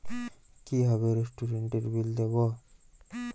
কিভাবে রেস্টুরেন্টের বিল দেবো?